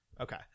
okay